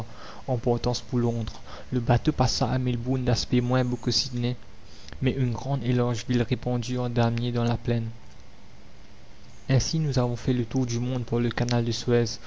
en partance pour londres le bateau passa à melbourne d'aspect moins beau que sydney mais une grande et large ville répandue en damier dans la plaine la commune ainsi nous avons fait le tour du monde par le canal de suez